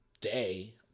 day